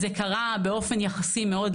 זה קרה מאוד לאט.